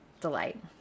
delight